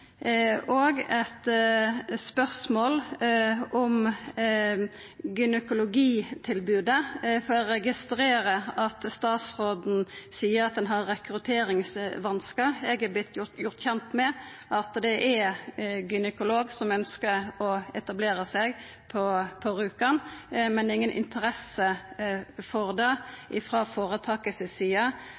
òg eit spørsmål om gynekologitilbodet, for eg registrerer at statsråden seier at han har rekrutteringsvanskar. Eg har vorte gjord kjent med at det er ein gynekolog som ønskjer å etablera seg på Rjukan, men at det er inga interesse for det frå føretakets side.